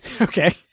Okay